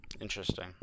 Interesting